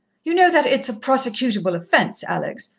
you know that it's a prosecutable offence, alex?